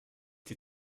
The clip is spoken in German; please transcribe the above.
die